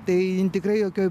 tai jin tikrai jokioj